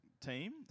team